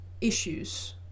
issues